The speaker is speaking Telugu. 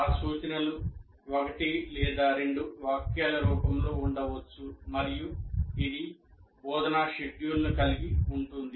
ఆ సూచనలు 1 లేదా 2 వాక్యాల రూపంలో ఉండవచ్చు మరియు ఇది బోధనా షెడ్యూల్ను కలిగి ఉంటుంది